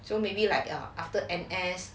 so maybe like err after N_S